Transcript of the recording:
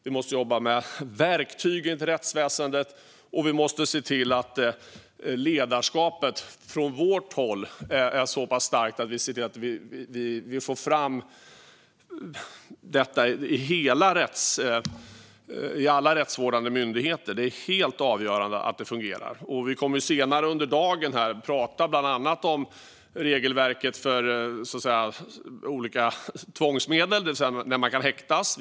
Vi måste jobba med verktygen till rättsväsendet, och vi måste se till att ledarskapet från vårt håll är så pass starkt att vi får fram detta i alla rättsvårdande myndigheter. Det är helt avgörande att det fungerar. Vi kommer senare under dagen att prata bland annat om regelverket för olika tvångsmedel, det vill säga när man kan häktas.